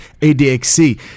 ADXC